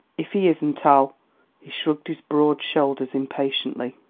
if he isn't i'll he shrugged his broad shoulders impatiently.